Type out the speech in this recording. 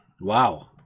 Wow